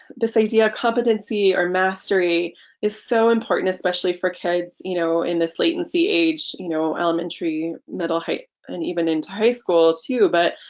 this idea competency or mastery is so important especially for kids you know in this latency age you know elementary middle, and even into high school too but